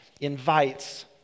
invites